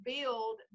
build